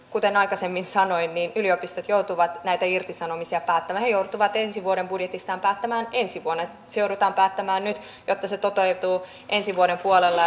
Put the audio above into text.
kuten aikaisemmin sanoin yliopistot joutuvat näistä irtisanomisista päättämään he joutuvat ensi vuoden budjetistaan päättämään se joudutaan päättämään nyt jotta se toteutuu ensi vuoden puolella